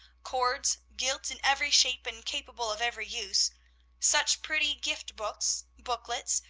cords, gilt in every shape and capable of every use such pretty gift-books, booklets,